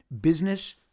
business